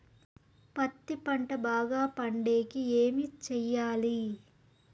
పత్తి పంట బాగా పండే కి ఏమి చెయ్యాలి?